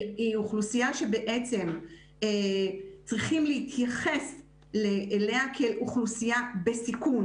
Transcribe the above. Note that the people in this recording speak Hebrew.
האוכלוסייה שבעצם צריכים להתייחס אליה כאל אוכלוסייה בסיכון.